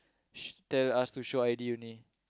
should tell us to show I_D only